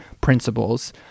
principles